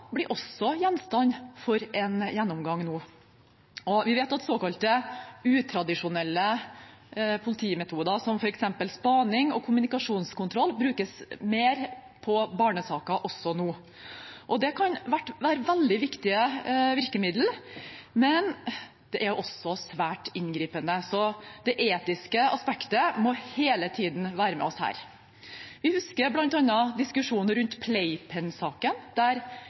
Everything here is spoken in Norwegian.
blir også gjenstand for en gjennomgang nå. Vi vet at såkalte utradisjonelle politimetoder, som f.eks. spaning og kommunikasjonskontroll, brukes mer på barnesaker nå. Det kan være veldig viktige virkemidler, men det er også svært inngripende, så det etiske aspektet må hele tiden være med oss her. Vi husker bl.a. diskusjonen rundt Playpen-saken, der